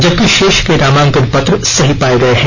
जबकि शेष के नामांकन पत्र सही पाये गए हैं